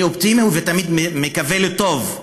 אני אופטימי ותמיד מקווה לטוב,